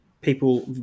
people